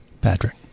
Patrick